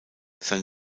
sein